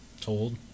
told